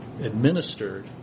administered